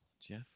Jeff